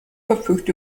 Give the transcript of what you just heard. verfügt